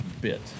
bit